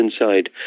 inside